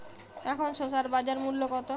এখন শসার বাজার মূল্য কত?